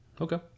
Okay